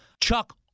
Chuck